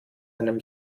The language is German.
einem